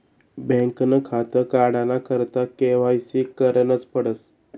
बँकनं खातं काढाना करता के.वाय.सी करनच पडस